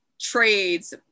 trades